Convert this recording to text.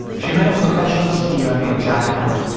she met a professional skier named jack hannan.